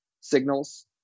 signals